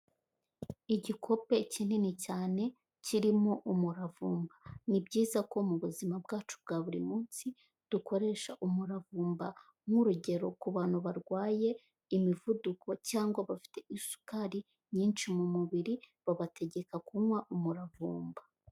Igikope kinini cyane kirimo umuravumba. Ni byiza ko mu buzima bwacu bwa buri munsi dukoresha umuravumba nk'urugero ku bantu barwaye imivuduko cyangwa bafite isukari nyinshi mu mubiri, babategeka kunywa umuravumba.